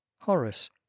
Horace